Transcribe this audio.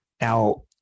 Now